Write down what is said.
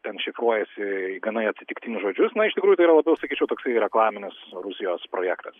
ten šifruojasi į gana į atsitiktinius žodžius na iš tikrųjų tai yra labiau sakyčiau toksai reklaminis rusijos projektas